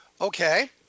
Okay